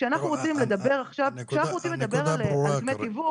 כשאנחנו רוצים לדבר על דמי תיווך